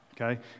okay